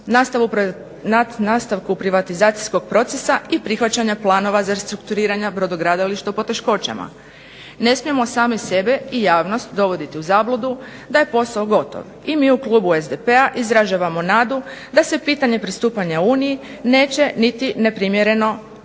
nastavku privatizacijskog procesa i prihvaćanja plana restrukturiranja brodogradilišta u poteškoćama. Ne smijemo sami sebe i javnost dovoditi u zabludu da je posao gotov, i mi u klubu SDP-a izražavamo nadu da se pitanje pristupanja Uniji neće niti neprimjereno koristiti